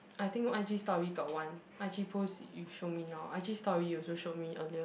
I think i_g story got one i_g post you show me now i_g story you also showed me earlier